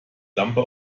lampe